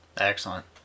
Excellent